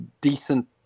decent